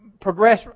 progress